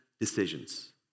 decisions